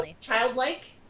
childlike